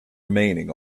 remaining